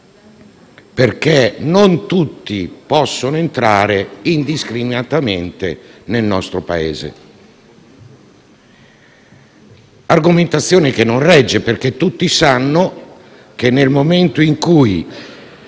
perché non tutti possono entrare indiscriminatamente nel nostro Paese.